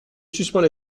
suspends